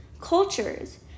cultures